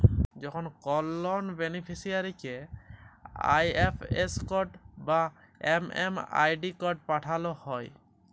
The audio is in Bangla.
যখন কল লন বেনিফিসিরইকে আই.এফ.এস কড বা এম.এম.আই.ডি কড পাঠাল হ্যয়